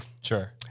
Sure